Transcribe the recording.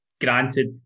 granted